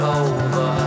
over